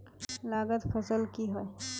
लागत फसल की होय?